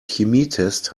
chemietest